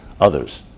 others